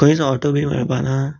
खंयच ऑटो बी मेळपाना